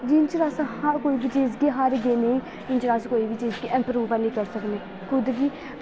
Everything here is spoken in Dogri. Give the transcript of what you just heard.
जिन्ने चिर अस कोई बी चीज गी हारगे नेईं उन्नै चिर अस कुसे बी चीज गी इंप्रूव ऐनी करी सकने खुद गी